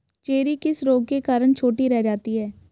Cherry किस रोग के कारण छोटी रह जाती है?